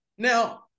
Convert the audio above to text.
Now